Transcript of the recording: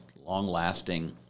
long-lasting